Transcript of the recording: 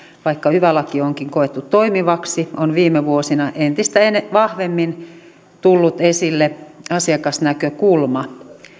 vaikka yva laki onkin koettu toimivaksi on viime vuosina entistä vahvemmin tullut esille asiakasnäkökulma